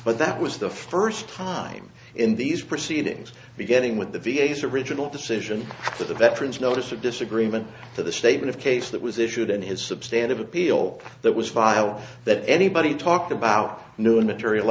but that was the first time in these proceedings beginning with the v a s original decision for the veterans notice of disagreement to the statement of case that was issued in his substandard appeal that was filed that anybody talked about new material